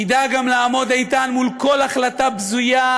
תדע גם לעמוד איתן מול כל החלטה בזויה,